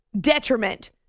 detriment